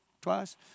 twice